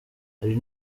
hari